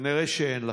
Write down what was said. כנראה שאין לכם.